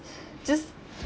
just